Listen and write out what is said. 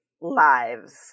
lives